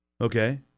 Okay